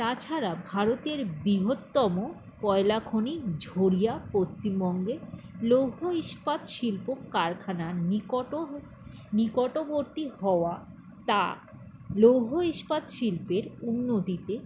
তাছাড়া ভারতের বৃহত্তম কয়লাখনি ঝরিয়া পশ্চিমবঙ্গে লৌহ ইস্পাত শিল্প কারখানার নিকট নিকটবর্তী হওয়া তা লৌহ ইস্পাত শিল্পের উন্নতিতে